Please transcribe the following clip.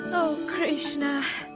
oh, krishna,